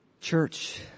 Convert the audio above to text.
Church